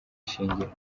ishingiro